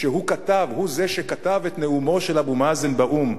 שהוא כתב, הוא שכתב את נאומו של אבו מאזן באו"ם,